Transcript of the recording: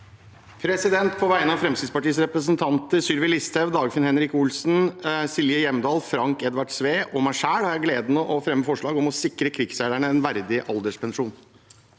På vegne av Frem- skrittspartiets representanter Sylvi Listhaug, Dagfinn Henrik Olsen, Silje Hjemdal, Frank Edvard Sve og meg selv har jeg gleden av å fremme et forslag om å sikre krigsseilerne en verdig alderdom.